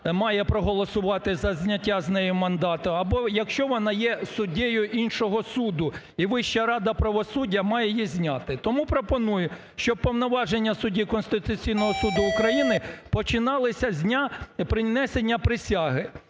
має проголосувати за зняття з неї мандату або якщо вона є суддею іншого суду і Вища рада правосуддя має її зняти. Тому пропоную, щоб повноваження судді Конституційного Суду України починалися з дня принесення присяги,